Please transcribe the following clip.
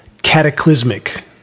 cataclysmic